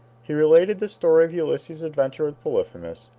he related the story of ulysses's adventure with polyphemus,